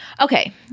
Okay